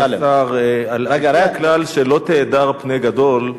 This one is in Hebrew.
אדוני השר, לגבי הכלל "לא תהדר פני גדול",